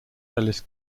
ellis